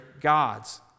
gods